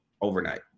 overnight